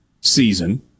season